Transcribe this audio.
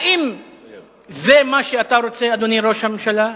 האם זה מה שאתה רוצה, אדוני ראש הממשלה?